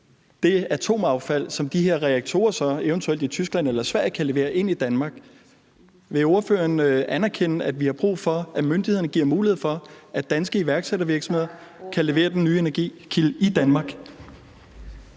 det atomaffald, som de her reaktorer i Tyskland eller Sverige så eventuelt kan levere ind i Danmark? Vil ordføreren anerkende, at vi har brug for, at myndighederne giver mulighed for, at danske iværksættervirksomheder kan levere den nye energikilde i Danmark?